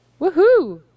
Woohoo